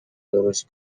درست